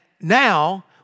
now